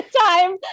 Time